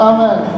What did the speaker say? Amen